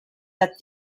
that